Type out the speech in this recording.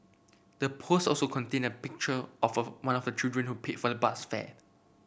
the post also contained a picture of of one of the children who paid for the bus fare